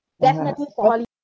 definitely forward